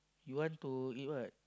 you want to eat what